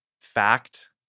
Fact